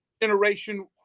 generation